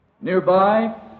nearby